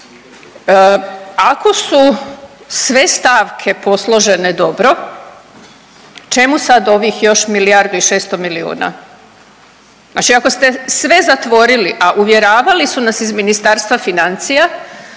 ako su sve stavke posložene dobro, čemu sad ovih još milijardu i 600 milijuna. Znači ako ste sve zatvorili, a uvjeravali su nas iz Ministarstva financija